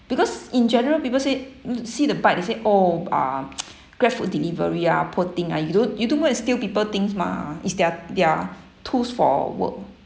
because in general people say l~ see the bike they say oh uh grab food delivery ah poor thing ah you don't you don't go and steal people things mah is their their tools for work